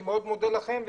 אני מודה לכם.